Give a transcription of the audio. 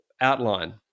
outline